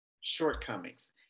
shortcomings